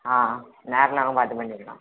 ஆ நேரில் வாங்க பார்த்து பண்ணிக்கலாம்